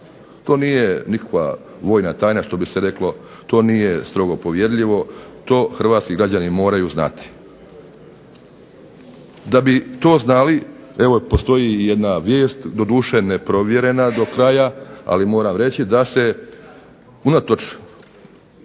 To nije nikakva vojna tajna, što bi se reklo, to nije strogo povjerljivo, to hrvatski građani moraju znati. Da bi to znali, evo postoji i jedna vijest, doduše neprovjerena do kraja, ali moram reći da se unatoč